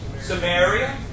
Samaria